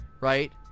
right